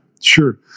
Sure